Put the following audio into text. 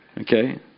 Okay